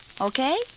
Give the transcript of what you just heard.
okay